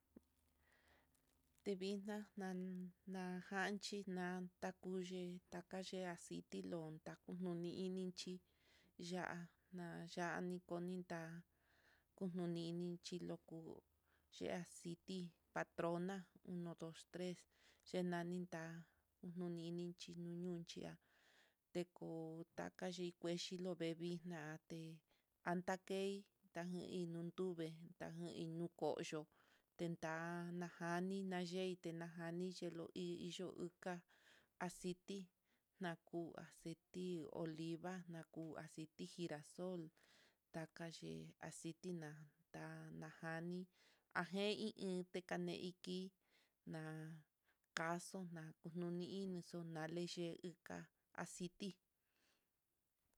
Tevixna na na janchi na takuyi akaye aciti, lon nakunoni inichi ya'á, ya'á nikoninta konini chiloko, chí aciti patrona uno dos tres yenaninta ununichi nuu ñoncha, teko takachi kuexhi lovee, vixnate anta nuntuve tajan ino koyo'o tenda najani, nayeite najani hiyelo iyoo uu ka aciti, na ku aciti oliva, naku aciti girasol, takaye aciti nata najani iin tekane iki, ta kaxo na'a kunu ninixo na'a leyeka aciti.